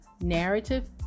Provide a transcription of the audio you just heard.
narrative